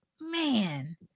man